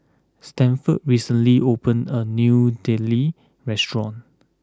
Stanford recently opened a new Idili restaurant